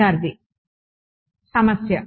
విద్యార్థి సమస్య